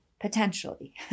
potentially